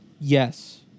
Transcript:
Yes